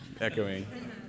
echoing